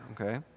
okay